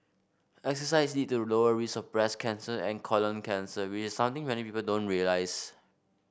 exercise lead a lower risk of breast cancer and colon cancer which something many people don't realise